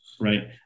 right